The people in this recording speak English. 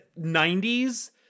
90s